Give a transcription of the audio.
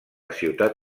ciutat